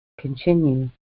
continue